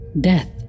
death